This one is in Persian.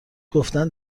گفتن